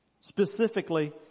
Specifically